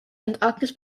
antarktis